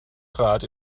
grad